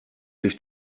dich